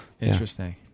Interesting